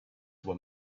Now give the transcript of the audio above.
were